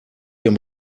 dem